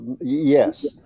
Yes